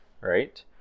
right